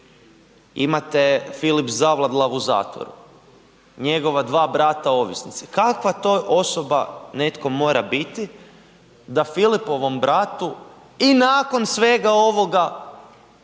imate Filip Zavadlav u zatvoru, njegova dva brata ovisnici. Kakva to osoba netko mora biti da Filipovom bratu i nakon svega ovoga bude